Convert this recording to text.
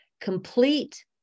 Complete